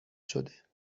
شده